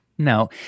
No